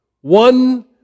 One